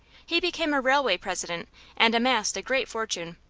he became a railway president and amassed a great fortune,